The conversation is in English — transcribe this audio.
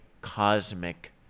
cosmic